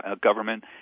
government –